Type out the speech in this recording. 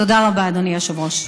תודה רבה, אדוני היושב-ראש.